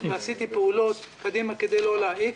ועשיתי פעולות קדימה כדי לא להעיק.